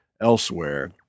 elsewhere